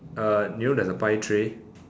uh you know there's a pie tray